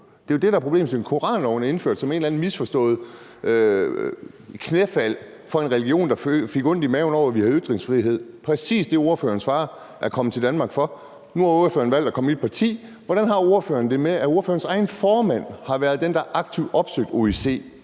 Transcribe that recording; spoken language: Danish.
Det er jo det, der er problemstillingen. Koranloven er indført som et eller andet misforstået knæfald for en religion, der fik ondt i maven over, at vi har ytringsfrihed – præcis den ytringsfrihed, som ordførerens er kommet til Danmark for. Nu har ordføreren valgt at komme i et parti, og hvordan har ordføreren det med, at ordførerens egen formand har været den, der aktivt opsøgte OSCE